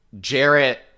Jarrett